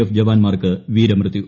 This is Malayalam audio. എഫ് ജവാന്മാർക്ക് വീരമൃത്യു